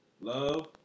Love